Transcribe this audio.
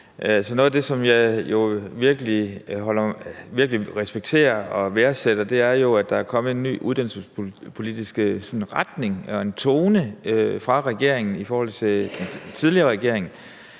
Noget af det, som jeg virkelig respekterer og værdsætter, er jo, at der er kommet sådan en ny uddannelsespolitisk retning og tone fra regeringens side i forhold til den tidligere regering.